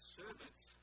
servants